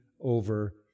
over